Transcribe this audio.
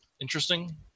Interesting